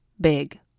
big